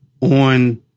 on